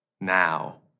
now